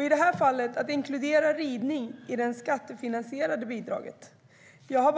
I det här fallet handlar det om att inkludera ridning i det skattefinansierade bidraget. Jag